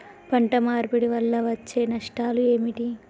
పంట మార్పిడి వల్ల వచ్చే నష్టాలు ఏమిటి?